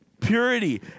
purity